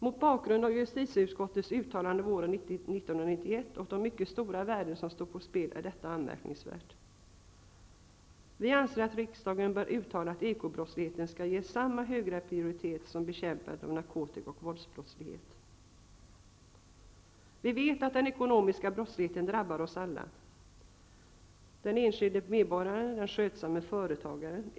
Mot bakgrund av justitieutskottets uttalanden våren 1991 och de mycket stora värden som står på spel är detta anmärkningsvärt. Vi anser att riksdagen bör uttala att ekobrottsligheten skall ges samma höga prioritet som bekämpandet av narkotika och våldsbrottslighet. Vi vet att den ekonomiska brottsligheten drabbar oss alla: den enskilde medborgare lika väl som den skötsamme företagaren.